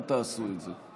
אל תעשו את זה.